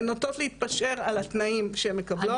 הן נוטות להתפשר על התנאים שהן מקבלות.